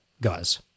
guys